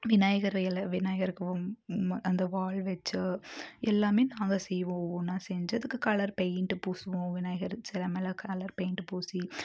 விநாயகர் இலை விநாயகருக்கும் அந்த வால் வச்சு எல்லாம் நாங்கள் செய்வோம் ஒவ்வொன்றா செஞ்சு அதுக்கு கலர் பெயிண்ட்டு பூசுவோம் விநாயகர் சிலை மேலே கலர் பெயிண்ட்டு பூசி